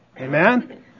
Amen